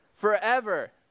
forever